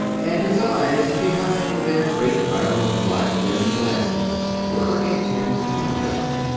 and his eyes behind their great round black-rimmed glasses were intent on jock.